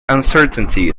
uncertainty